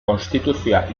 konstituzioa